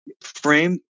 Frame